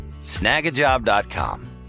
Snagajob.com